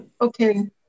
Okay